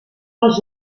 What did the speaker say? els